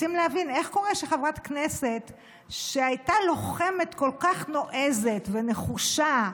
רוצים להבין איך קורה שחברת כנסת שהייתה לוחמת כל כך נועזת ונחושה,